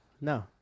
no